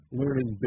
learning